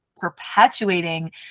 perpetuating